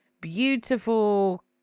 beautiful